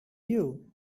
you